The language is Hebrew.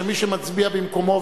שמי שמצביע במקומו,